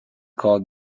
called